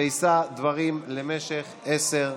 ויישא דברים במשך עשר דקות.